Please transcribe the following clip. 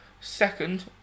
Second